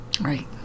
Right